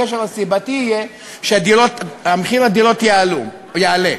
הקשר הסיבתי יהיה שמחיר הדירות יעלה.